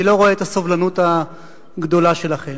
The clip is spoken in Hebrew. אני לא רואה את הסובלנות הגדולה שלכם.